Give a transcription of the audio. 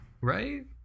Right